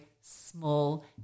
small